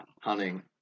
hunting